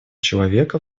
человека